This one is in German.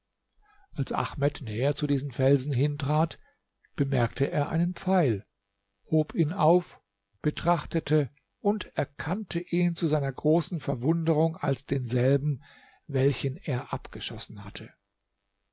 als ahmed näher zu diesem felsen hintrat bemerkte er einen pfeil hob ihn auf betrachtete und erkannte ihn zu seiner großen verwunderung als denselben welchen er abgeschossen hatte